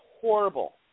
horrible